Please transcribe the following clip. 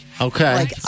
Okay